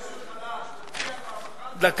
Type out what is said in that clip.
אין לי הסתייגויות של הסיעה שלכם לסעיף 1. דקה,